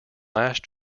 last